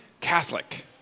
Catholic